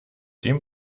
dem